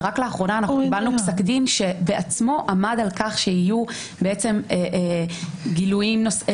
רק לאחרונה אנחנו קיבלנו תקדים שבעצמו עמד על כך שיהיו גילויים אחרים.